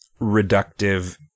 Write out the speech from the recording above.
reductive